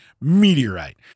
Meteorite